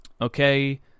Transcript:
Okay